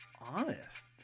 honest